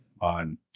on